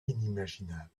inimaginable